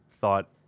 thought